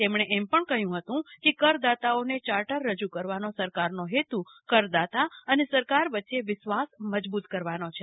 તેમણે એમ પણ કહ્યું હતું કે કરદાતાઓને ચાર્ટર રજૂ કરવાનો સરકારનો હેતુ કરદાતા અને સરકાર વચ્ચે વિશ્વાસ મજૂબત કરવાનો છે